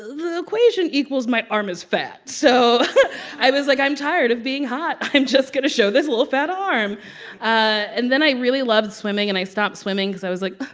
equation equals my arm is fat. so i was like, i'm tired of being hot. i'm just going to show this little fat arm and then i really loved swimming, and i stopped swimming because i was like,